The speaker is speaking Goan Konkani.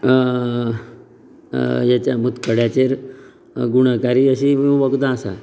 हेचे मुतखड्याचेर गुणकारी अशीं वखदां आसा